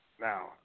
now